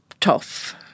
tough